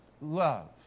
love